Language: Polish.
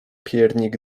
piernik